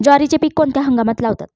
ज्वारीचे पीक कोणत्या हंगामात लावतात?